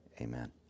Amen